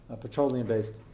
petroleum-based